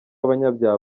abanyabyaha